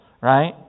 right